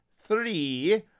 three